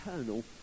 eternal